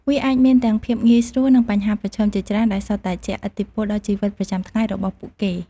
វាអាចមានទាំងភាពងាយស្រួល និងបញ្ហាប្រឈមជាច្រើន ដែលសុទ្ធតែជះឥទ្ធិពលដល់ជីវិតប្រចាំថ្ងៃរបស់ពួកគេ ។